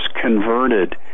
converted